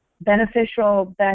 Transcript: beneficial